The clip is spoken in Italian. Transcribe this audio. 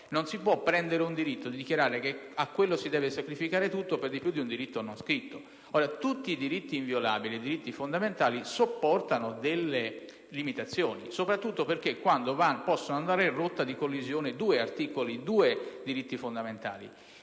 non si può prendere un diritto e dichiarare che a quello si deve sacrificare tutto, per di più quando si tratta di un diritto non scritto. Tutti i diritti inviolabili e i diritti fondamentali sopportano limitazioni, soprattutto quando possono andare in rotta di collisione due diritti fondamentali.